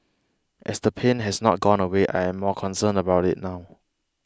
as the pain has not gone away I am more concerned about it now